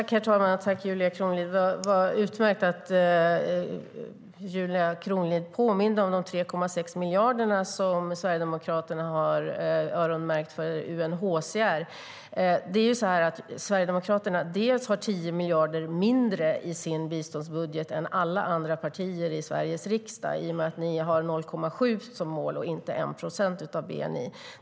Herr talman! Det är utmärkt att Julia Kronlid påminde om de 3,6 miljarder som Sverigedemokraterna har öronmärkt för UNHCR. Sverigedemokraterna har 10 miljarder mindre i sin biståndsbudget än alla andra partier i Sveriges riksdag i och med att ni har 0,7 procent av bni och inte 1 procent av bni som mål.